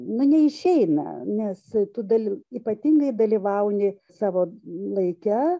na neišeina nes tų dalių ypatingai dalyvauni savo laike